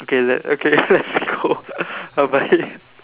okay le~ okay let's go bye bye